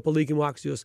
palaikymo akcijos